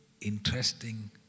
interesting